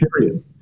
Period